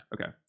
Okay